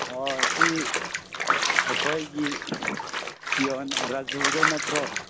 ꯑꯣ ꯁꯤ ꯑꯩꯈꯣꯏꯒꯤ ꯄꯤꯌꯣꯟ ꯔꯖꯨꯗꯣ ꯅꯠꯇ꯭ꯔꯣ